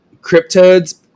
Cryptodes